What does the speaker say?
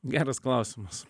geras klausimas